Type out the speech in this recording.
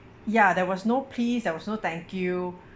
ya there was no please there was no thank you